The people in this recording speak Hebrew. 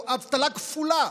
האבטלה כפולה.